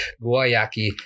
guayaki